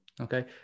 Okay